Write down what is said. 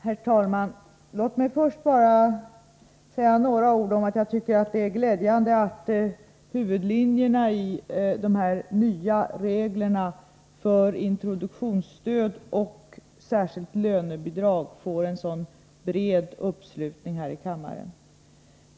Herr talman! Det är glädjande att huvudlinjerna i de nya reglerna för introduktionsstöd och särskilt lönebidrag får en sådan bred uppslutning här i kammaren.